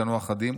יטענו אחדים,